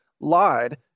lied